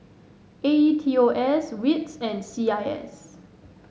A E T O S WITS and C I S